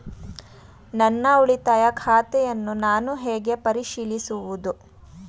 ನನ್ನ ಉಳಿತಾಯ ಖಾತೆಯನ್ನು ನಾನು ಹೇಗೆ ಪರಿಶೀಲಿಸುವುದು?